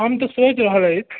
हम तऽ सोचि रहल रहि